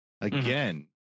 again